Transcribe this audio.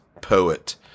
poet